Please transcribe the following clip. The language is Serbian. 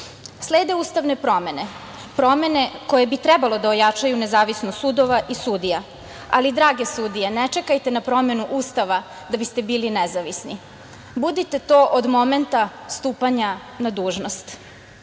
ustavne promene, promene koje bi trebalo da ojačaju nezavisnost sudova i sudija. Ali, drage sudije, ne čekajte na promenu Ustava da biste bili nezavisni, budite to od momenta stupanja na dužnost.